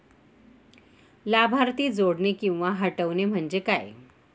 लाभार्थी जोडणे किंवा हटवणे, म्हणजे काय?